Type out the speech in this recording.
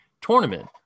tournament